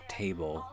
table